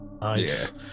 Nice